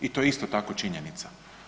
I to je isto tako činjenica.